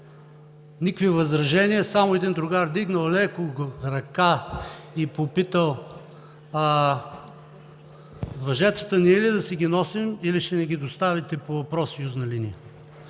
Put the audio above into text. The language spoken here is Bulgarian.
никакви възражения, само един другар вдигнал леко ръка и попитал: „Въжетата ние ли да си ги носим, или ще ни доставите по профсъюзна линия?“.“